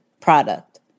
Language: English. product